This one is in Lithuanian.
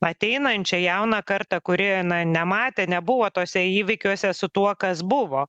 ateinančią jauną kartą kuri na nematė nebuvo tuose įvykiuose su tuo kas buvo